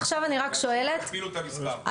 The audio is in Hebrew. פשוט תכפילו את המספר.